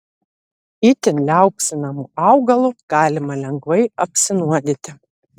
itin liaupsinamu augalu galima lengvai apsinuodyti